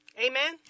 Amen